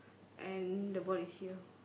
and the ball is here